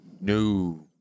No